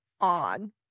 on